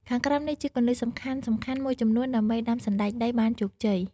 ខាងក្រោមនេះជាគន្លឹះសំខាន់ៗមួយចំនួនដើម្បីដាំសណ្តែកដីបានជោគជ័យ។